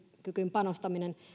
panostaminen